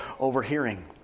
overhearing